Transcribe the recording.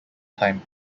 time